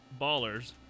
ballers